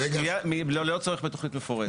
ללא צורך בתוכנית מפורטת.